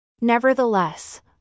Nevertheless